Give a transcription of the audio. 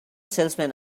salesman